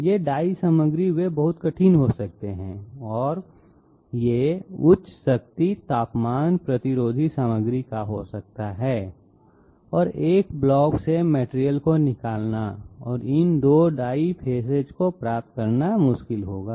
ये डाई सामग्री वे बहुत कठिन हो सकते हैं और यह उच्च शक्ति तापमान प्रतिरोधी सामग्री का हो सकता है और एक ब्लॉक से मटेरियल को निकालना और इन 2 डाई फेसेज को प्राप्त करना मुश्किल होगा